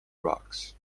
rocks